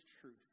truth